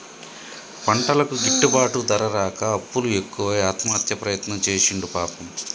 పంటలకు గిట్టుబాటు ధర రాక అప్పులు ఎక్కువై ఆత్మహత్య ప్రయత్నం చేసిండు పాపం